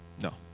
No